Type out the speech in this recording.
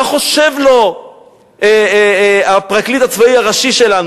מה חושב לו הפרקליט הצבאי הראשי שלנו,